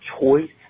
choice